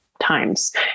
times